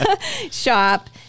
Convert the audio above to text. shop